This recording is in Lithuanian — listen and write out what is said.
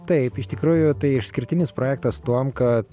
taip iš tikrųjų tai išskirtinis projektas tuom kad